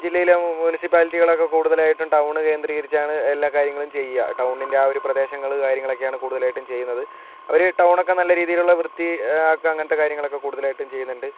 ജില്ലയിലും മുൻസിപ്പാലിറ്റികളൊക്കെ കൂടുതലായിട്ടും ടൗൺ കേന്ദ്രീകരിച്ചാണ് എല്ലാ കാര്യങ്ങളും ചെയ്യുക ടൗണിൻ്റെ ആ ഒരു പ്രദേശങ്ങൾ കാര്യങ്ങളൊക്കെയാണ് കൂടുതലായിട്ടും ചെയ്യുന്നത് അവർ ടൗണൊക്കെ നല്ല രീതിയിലുള്ള വൃത്തി ആക്കും അങ്ങനത്തെ കാര്യങ്ങളൊക്കെ കൂടുതലായിട്ടും ചെയ്യുന്നുണ്ട്